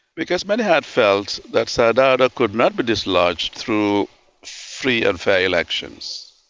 because many had felt that sir dawda could not be dislodged through free and fair elections.